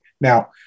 Now